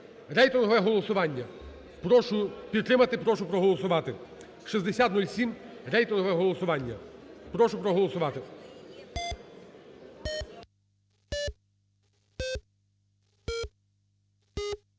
Рейтингове голосування, прошу підтримати, прошу проголосувати 6007. Рейтингове голосування, прошу проголосувати.